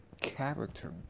character